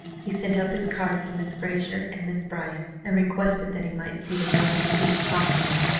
he sent up his card to miss frazer and miss brice and requested that he might see them both as soon as possible,